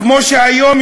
כמו שהיום,